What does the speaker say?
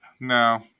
No